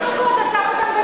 אתה שם אותם במתקן,